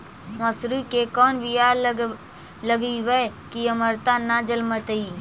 मसुरी के कोन बियाह लगइबै की अमरता न जलमतइ?